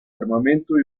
armamento